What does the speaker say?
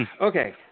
Okay